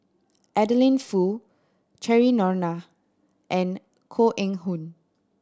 Adeline Foo Cheryl Noronha and Koh Eng Hoon